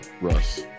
Russ